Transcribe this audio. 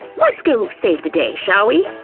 let's go save the day, shall we?